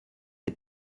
est